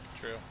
True